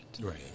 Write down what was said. right